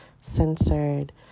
censored